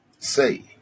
Say